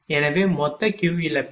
எனவே மொத்த Q இழப்பு 28